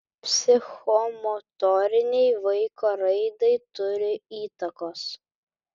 psichomotorinei vaiko raidai turi įtakos